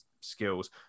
skills